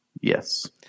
Yes